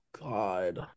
god